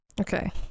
Okay